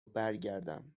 برگردم